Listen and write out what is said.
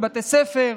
בבתי ספר,